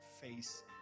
face